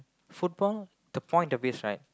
football the point of this right